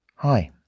Hi